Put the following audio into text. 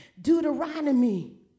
Deuteronomy